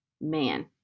Man